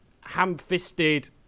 ham-fisted